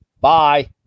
Bye